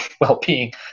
well-being